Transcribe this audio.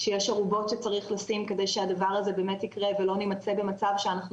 שיש ארובות שצריך לשים כדי שהדבר הזה באמת יקרה ולא נמצא במצב שאנחנו